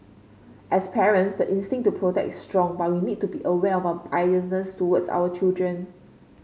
as parents the instinct to protect is strong but we need to be aware of biases towards our children